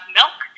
milk